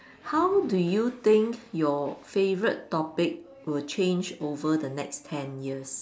how do you think your favourite topic will change over the next ten years